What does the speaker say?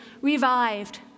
revived